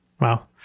Wow